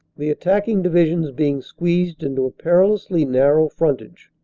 the attacking divisions being squeezed into a perilously narrow frontage,